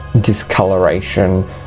discoloration